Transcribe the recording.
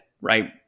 right